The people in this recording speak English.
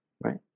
right